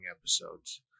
episodes